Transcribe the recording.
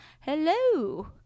Hello